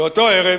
באותו ערב